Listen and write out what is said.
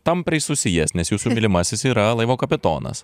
tampriai susijęs nes jūsų mylimasis yra laivo kapitonas